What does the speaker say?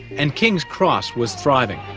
and king's cross was thriving.